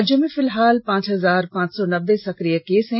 राज्य में फिलहाल पांच हजार पांच सौ नब्बे सकिय केस हैं